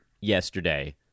yesterday